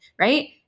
right